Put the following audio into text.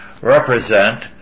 represent